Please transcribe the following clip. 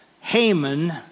Haman